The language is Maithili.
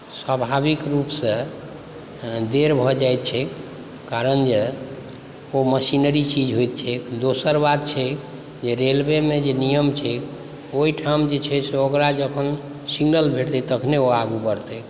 स्वभाविक रुपसँ देर भऽ जाइ छै कारण जे ओ मशीनरी चीज होइ छै एखन दोसर बात छै रेलवेमे जे नियम छै ओहिठाम जे छै से ओकरा जखन सिग्नल भेटतै तखने आगू बढ़तै